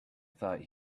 thought